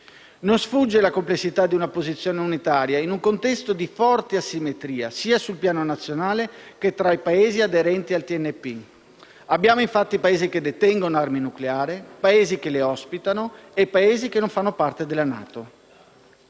Non sfugge la complessità di una posizione unitaria in un contesto di forti asimmetrie sia sul piano nazionale, che tra i Paesi aderenti al TNP, in quanto vi sono Paesi che detengono armi nucleari, Paesi che le ospitano e Paesi che non fanno parte della Nato.